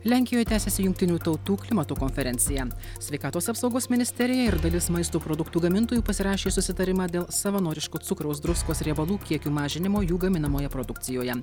lenkijoje tęsiasi jungtinių tautų klimato konferencija sveikatos apsaugos ministerija ir dalis maisto produktų gamintojų pasirašė susitarimą dėl savanoriško cukraus druskos riebalų kiekių mažinimo jų gaminamoje produkcijoje